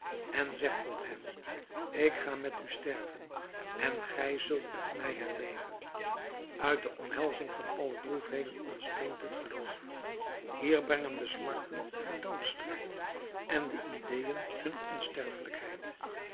en zegt tot hem ik ga met u sterven en gij zult met mij herleven uit de omhelzing van alle droefheden ontspringt het geloof hier brengen de smarten haar doodsstrijd en de ideeën hun onsterfelijkheid